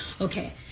Okay